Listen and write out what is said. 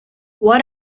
what